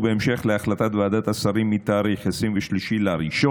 ובהמשך להחלטת ועדת השרים מ-23 בינואר,